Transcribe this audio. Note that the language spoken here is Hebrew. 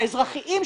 האזרחיים,